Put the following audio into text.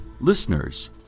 listeners